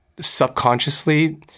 subconsciously